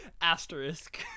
Asterisk